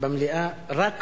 במליאה מעוניין לשאול,